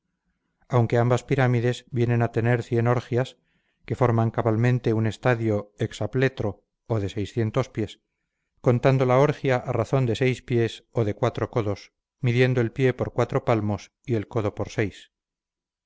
aunque ambas pirámides vienen a tener orgias que forman cabalmente un estadio hexapletro o de pies contando la orgia a razón de pies o de codos midiendo el pie por palmos y el codo por